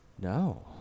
No